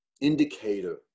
indicator